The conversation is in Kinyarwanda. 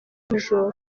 major